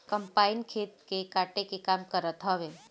combine खेत के काटे के काम करत हवे